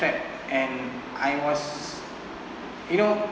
trapped and I was you know